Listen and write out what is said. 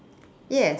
yes